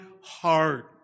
heart